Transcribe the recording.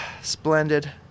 Splendid